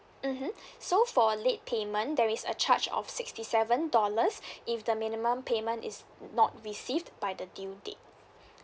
mmhmm so for late payment there is a charge of sixty seven dollars if the minimum payment is not received by the due date